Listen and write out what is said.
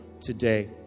today